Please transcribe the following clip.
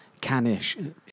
Canish